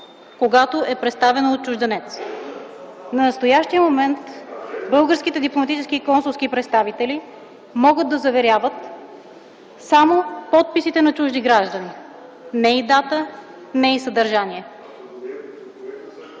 когато е представено от чужденец. В настоящия момент българските дипломатически и консулски представители могат да заверяват само подписите на чужди граждани – не и дата, не и съдържание.